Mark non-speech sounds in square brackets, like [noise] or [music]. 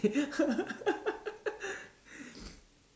[laughs]